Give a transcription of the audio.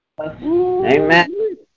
Amen